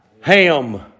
Ham